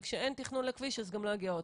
וכשאין תכנון לכביש אז גם לא יגיע אוטובוס.